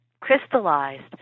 crystallized